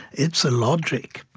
it's a logic.